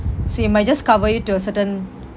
so it might just cover you to a certain